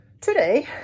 Today